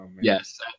Yes